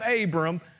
Abram